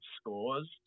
scores